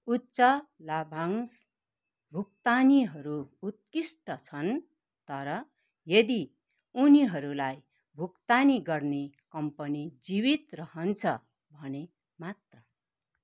उच्च लाभांश भुक्तानीहरू उत्कृष्ट छन् तर यदि उनीहरूलाई भुक्तानी गर्ने कम्पनी जीवित रहन्छ भने मात्र